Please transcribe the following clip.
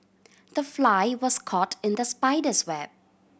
the fly was caught in the spider's web